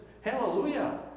Hallelujah